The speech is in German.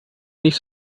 nicht